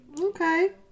Okay